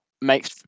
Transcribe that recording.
makes